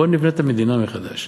בוא נבנה את המדינה מחדש,